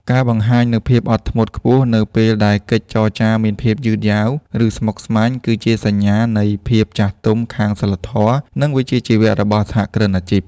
ការបង្ហាញនូវភាពអត់ធ្មត់ខ្ពស់នៅពេលដែលកិច្ចចរចាមានភាពយឺតយ៉ាវ ឬស្មុគស្មាញ គឺជាសញ្ញានៃភាពចាស់ទុំខាងសីលធម៌ និងវិជ្ជាជីវៈរបស់សហគ្រិនអាជីព។